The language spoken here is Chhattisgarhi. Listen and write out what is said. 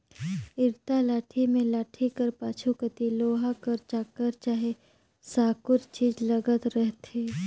इरता लाठी मे लाठी कर पाछू कती लोहा कर चाकर चहे साकुर चीज लगल रहथे